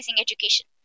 education